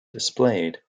displayed